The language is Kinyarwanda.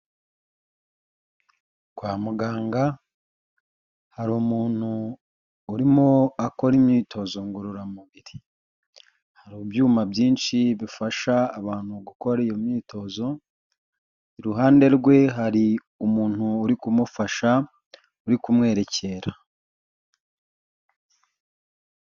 Kwa muganga hari umuntu urimo akora imyitozo ngororamubiri, hari ibyuma byinshi bifasha abantu gukora iyo myitozo, iruhande rwe hari umuntu uri kumufasha uri kumwerekera.